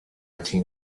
think